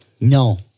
No